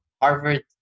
Harvard